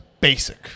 Basic